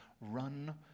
run